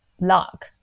luck